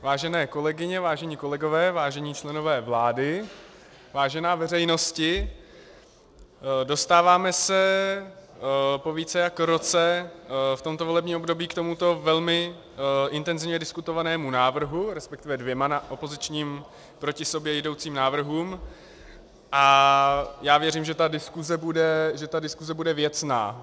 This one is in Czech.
Vážené kolegyně, vážení kolegové, vážení členové vlády, vážená veřejnosti, dostáváme se po více než roce v tomto volebním období k tomuto velmi intenzivně diskutovanému návrhu, resp. dvěma opozičním, proti sobě jdoucím návrhům, a já věřím, že diskuse bude věcná.